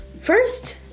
first